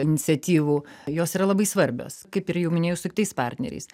iniciatyvų jos yra labai svarbios kaip ir jau minėjau su kitais partneriais